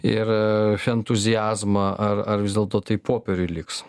ir entuziazmą ar ar vis dėlto tai popieriuj liks